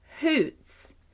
hoots